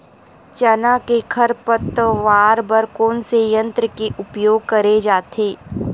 चना के खरपतवार बर कोन से यंत्र के उपयोग करे जाथे?